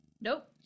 Nope